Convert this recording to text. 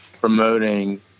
promoting